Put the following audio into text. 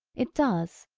it does,